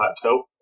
Plateau